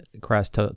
Christ